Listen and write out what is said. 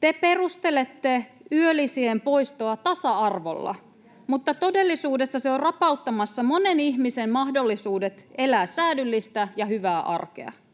te perustelette yölisien poistoa tasa-arvolla, [Aino-Kaisa Pekonen: Järkyttävää!] mutta todellisuudessa se on rapauttamassa monen ihmisen mahdollisuudet elää säädyllistä ja hyvää arkea.